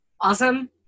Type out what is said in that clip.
Awesome